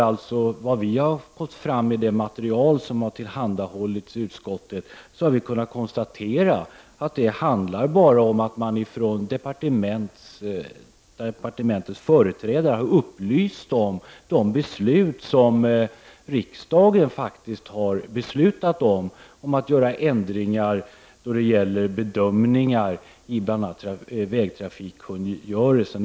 Av det material som har tillhandahållits i utskottet har vi kunnat konstatera att det handlar bara om att departementsföreträdare har upplyst om de beslut som riksdagen har fattat dvs. att göra ändringar då det gäller bedömningar av bl.a. vägtrafikkungörelsen.